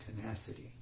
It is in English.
Tenacity